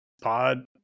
pod